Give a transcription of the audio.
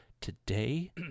today